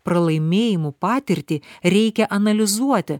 pralaimėjimų patirtį reikia analizuoti